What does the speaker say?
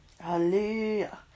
Hallelujah